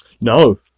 No